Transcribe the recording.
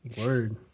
Word